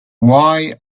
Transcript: why